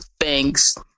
thanks